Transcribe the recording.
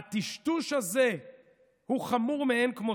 הטשטוש הזה הוא חמור מאין כמותו.